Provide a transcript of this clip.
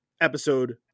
episode